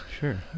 sure